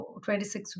26